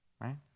right